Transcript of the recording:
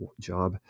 job